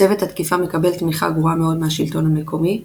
צוות התקיפה מקבל תמיכה גרועה מאוד מהשלטון המקומי.